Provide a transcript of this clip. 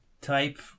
type